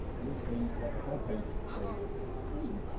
you'll see that the whole page goes green.